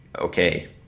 okay